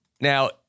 now